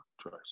choice